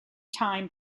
time